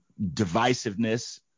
divisiveness